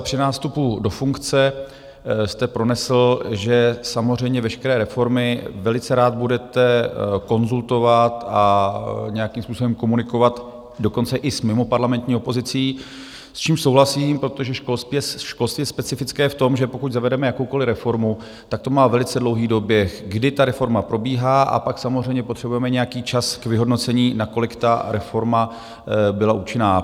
Při nástupu do funkce jste pronesl, že samozřejmě veškeré reformy velice rád budete konzultovat a nějakým způsobem komunikovat, dokonce i s mimoparlamentní opozicí, s čímž souhlasím, protože školství je specifické v tom, že pokud zavedeme jakoukoli reformu, tak to má velice dlouhý doběh, kdy reforma probíhá, a pak samozřejmě potřebujeme nějaký čas k vyhodnocení, nakolik ta reforma byla účinná.